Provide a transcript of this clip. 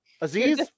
Aziz